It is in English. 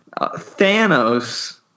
Thanos